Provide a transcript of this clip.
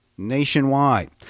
nationwide